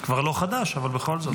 כבר לא חדש, אבל בכל זאת.